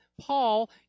Paul